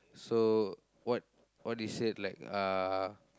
so what what he said like uh